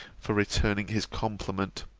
for returning his compliment.